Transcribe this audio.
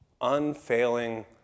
unfailing